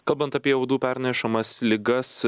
kalbant apie uodų pernešamas ligas